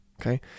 Okay